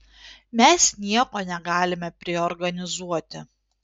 mes nieko negalime priorganizuoti